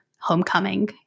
homecoming